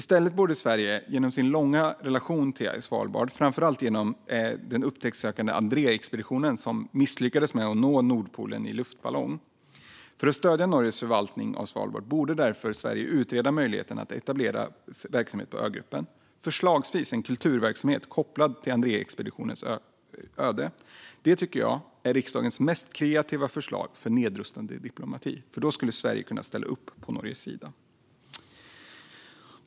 Sverige har en lång relation till Svalbard, framför allt genom upptäcktsresande Andrées expedition som misslyckades med att nå Nordpolen med luftballong. För att stödja Norges förvaltning av Svalbard borde Sverige därför utreda möjligheterna att etablera verksamhet på ögruppen, förslagsvis en kulturverksamhet kopplad till Andrée-expeditionens öde. Det tycker jag är riksdagens mest kreativa förslag för nedrustande diplomati, för då skulle Sverige kunna ställa upp på Norges sida.